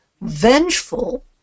vengeful